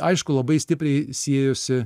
aišku labai stipriai siejosi